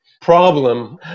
problem